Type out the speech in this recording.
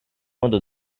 modo